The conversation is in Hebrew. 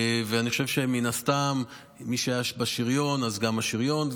אני חושב שמן הסתם מי שהיה בשריון אז גם בשריון,